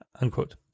unquote